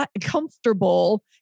comfortable